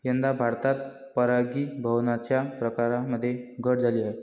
यंदा भारतात परागीभवनाच्या प्रकारांमध्ये घट झाली आहे